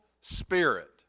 spirit